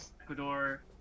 Ecuador